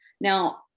now